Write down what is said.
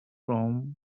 rome